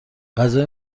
غذای